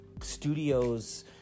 studios